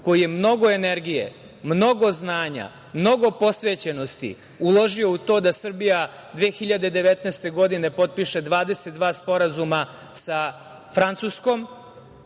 koji mnogo energije, mnogo znanja, mnogo posvećenosti uložio u to da Srbija 2019. godine potpiše 22 sporazuma sa Francuskom